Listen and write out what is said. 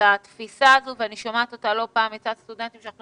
אני שומעת כל הזמן סטודנטים שאומרים: אנחנו